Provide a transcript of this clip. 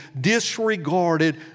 disregarded